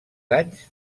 anys